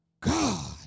God